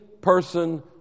person